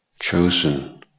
chosen